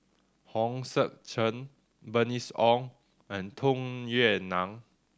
Hong Sek Chern Bernice Ong and Tung Yue Nang